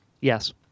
Yes